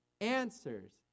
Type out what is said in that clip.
Answers